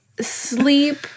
sleep